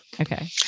Okay